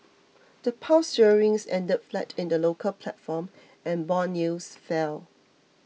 the Pound sterling ended flat in the local platform and bond yields fell